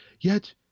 Yet